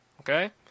okay